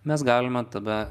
mes galime tada